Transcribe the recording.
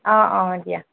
অঁ অঁ দিয়া